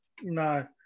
No